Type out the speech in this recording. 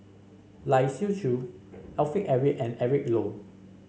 Lai Siu Chiu Alfred Eric and Eric Low